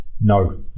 no